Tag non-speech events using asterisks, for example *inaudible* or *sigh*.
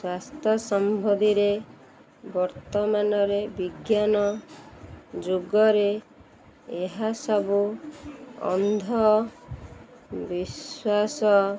ସ୍ୱାସ୍ଥ୍ୟ *unintelligible* ବର୍ତ୍ତମାନରେ ବିଜ୍ଞାନ ଯୁଗରେ ଏହାସବୁ ଅନ୍ଧ ବିଶ୍ୱାସ